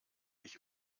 ich